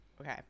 Okay